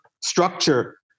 structure